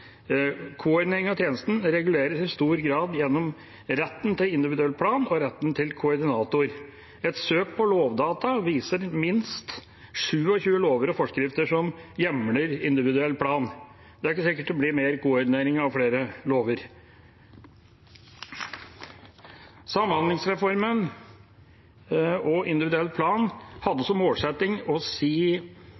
av tjenestene reguleres i stor grad gjennom retten til individuell plan og retten til koordinator. Et søk på Lovdata viser minst 27 lover og forskrifter som hjemler individuell plan. Det er ikke sikkert det blir mer koordinering av flere lover. Samhandlingsreformen og individuell plan hadde